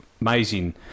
amazing